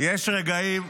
יש רגעים,